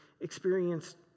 experienced